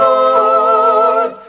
Lord